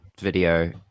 video